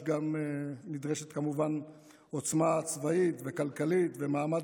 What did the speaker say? נדרשת כמובן עוצמה צבאית וכלכלית ומעמד